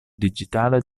digitale